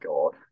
God